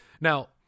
now